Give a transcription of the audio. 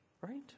Right